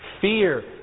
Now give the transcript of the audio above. fear